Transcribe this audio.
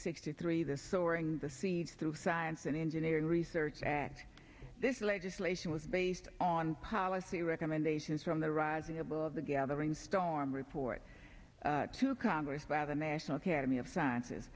sixty three this soaring the seeds to science and engineering research act this legislation was based on policy recommendations from the rising above the gathering storm report to congress by the national academy of science